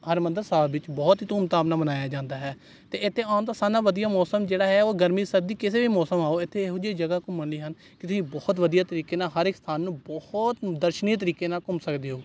ਹਰਿਮੰਦਰ ਸਾਹਿਬ ਵਿੱਚ ਬਹੁਤ ਹੀ ਧੂਮ ਧਾਮ ਨਾਲ ਮਨਾਇਆ ਜਾਂਦਾ ਹੈ ਅਤੇ ਇੱਥੇ ਆਉਣ ਦਾ ਸਾਰਿਆਂ ਨਾਲੋਂ ਵਧੀਆ ਮੌਸਮ ਜਿਹੜਾ ਹੈ ਉਹ ਗਰਮੀ ਸਰਦੀ ਕਿਸੇ ਵੀ ਮੌਸਮ ਆਉ ਇੱਥੇ ਇਹੋ ਜਿਹੀ ਜਗ੍ਹਾ ਘੁੰਮਣ ਲਈ ਹਨ ਕਿ ਤੁਸੀਂ ਬਹੁਤ ਵਧੀਆ ਤਰੀਕੇ ਨਾਲ ਹਰ ਇੱਕ ਸਥਾਨ ਨੂੰ ਬਹੁਤ ਦਰਸ਼ਨੀ ਤਰੀਕੇ ਨਾਲ ਘੁੰਮ ਸਕਦੇ ਹੋ